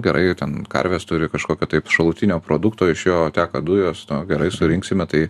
gerai ten karvės turi kažkokio tai šalutinio produkto iš jo teka dujos nu gerai surinksime tai